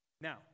Now